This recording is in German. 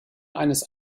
eines